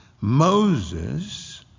Moses